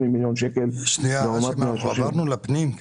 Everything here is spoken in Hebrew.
מיליון שקלים לעומת 136. כבר עברנו לפנים?